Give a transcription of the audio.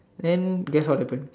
then guess what happen